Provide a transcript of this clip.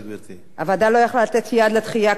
הוועדה לא יכלה לתת יד לדחייה כה ארוכה,